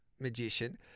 magician